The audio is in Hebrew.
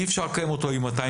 אי אפשר לקיים אותו עם 200